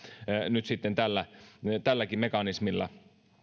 nyt sitten tälläkin mekanismilla